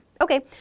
Okay